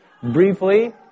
briefly